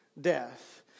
death